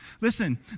Listen